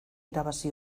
irabazi